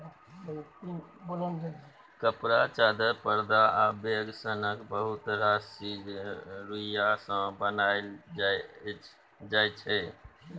कपड़ा, चादर, परदा आ बैग सनक बहुत रास चीज रुइया सँ बनाएल जाइ छै